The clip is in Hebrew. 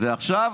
ועכשיו,